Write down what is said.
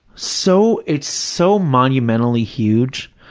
so it's so monumentally huge